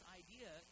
idea